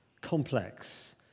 complex